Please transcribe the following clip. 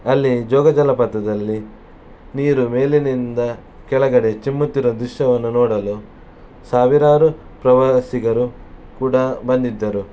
ಅಲ್ಲಿ ಜೋಗ ಜಲಪಾತದಲ್ಲಿ ನೀರು ಮೇಲಿನಿಂದ ಕೆಳಗಡೆ ಚಿಮ್ಮುತ್ತಿರೋ ದೃಶ್ಯವನ್ನು ನೋಡಲು ಸಾವಿರಾರು ಪ್ರವಾಸಿಗರು ಕೂಡ ಬಂದಿದ್ದರು